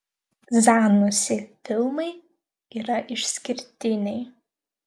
zanussi filmai yra išskirtiniai